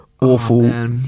awful